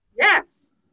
Yes